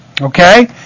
okay